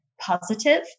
positive